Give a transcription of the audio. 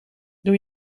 doe